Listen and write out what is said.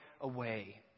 away